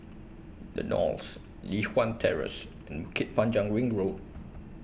The Knolls Li Hwan Terrace and Bukit Panjang Ring Road